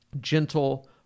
gentle